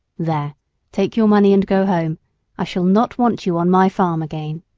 there take your money and go home i shall not want you on my farm again.